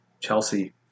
Chelsea